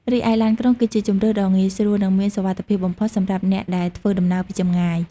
រីឯឡានក្រុងគឺជាជម្រើសដ៏ងាយស្រួល និងមានសុវត្ថិភាពបំផុតសម្រាប់អ្នកដែលធ្វើដំណើរពីចម្ងាយ។